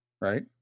right